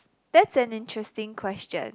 that's an interesting question